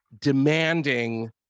demanding